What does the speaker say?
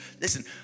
Listen